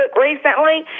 recently